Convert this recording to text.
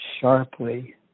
sharply